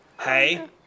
Hey